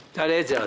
תעלה את זה אז.